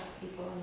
people